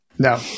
No